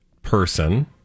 person